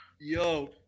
Yo